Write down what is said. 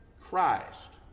Christ